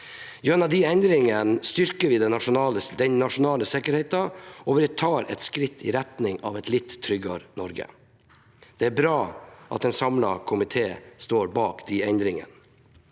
Gjennom de endringene styrker vi den nasjonale sikkerheten, og vi tar et skritt i retning av et litt tryggere Norge. Det er bra at en samlet komité står bak de endringene.